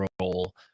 role